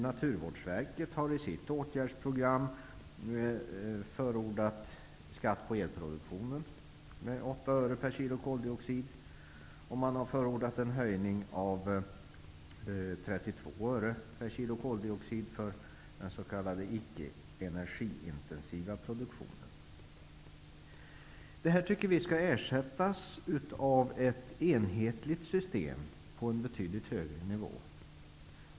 Naturvårdsverket har i sitt åtgärdsprogram förordat skatt på elproduktionen med 8 öre per kilo koldioxid och en höjning med 32 öre per kilo koldioxid för den s.k. icke energiintensiva produktionen. Vi tycker att detta skall ersättas av ett enhetligt system på en betydligt högre nivå.